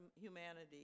humanity